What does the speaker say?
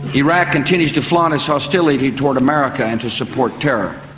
iraq continues to flaunt its hostility toward america and to support terror.